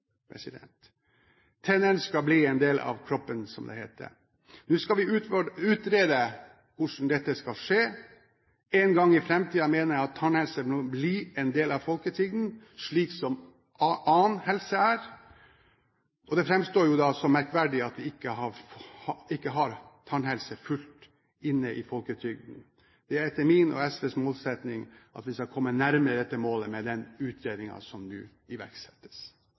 tannhelsereform. Tennene skal bli en del av kroppen, som det heter. Nå skal vi utrede hvordan dette skal skje. En gang i framtiden mener jeg at tannhelse må bli en del av folketrygden slik som annen helse er. Det fremstår som en merkverdighet at vi ikke har tannhelse fullt inne i folketrygden. Det er min og SVs målsetting at vi skal komme nærmere målet med den utredningen som nå iverksettes.